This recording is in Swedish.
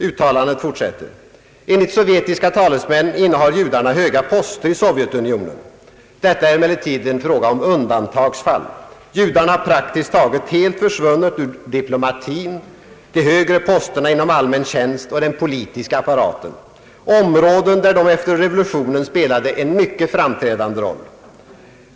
Uttalandet fortsätter: »Enligt sovjetiska talesmän innehar judarna höga poster i Sovjetunionen. Detta är emellertid en fråga om undantagsfall. Judarna har praktiskt taget helt försvunnit ur diplomatin, de högre posterna inom allmän tjänst och den politiska apparaten — områden där de efter revolutionen spelade en mycket framträdande roll.